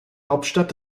hauptstadt